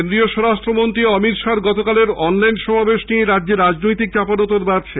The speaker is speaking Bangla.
কেন্দ্রীয় স্বরাষ্ট্রমন্ত্রী অমিত শাহ্ র গতকালের অনলাইন সমাবেশ নিয়ে রাজ্যে রাজনৈতিক চাপানোতর বাড়ছে